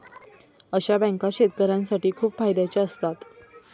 अशा बँका शेतकऱ्यांसाठी खूप फायद्याच्या असतात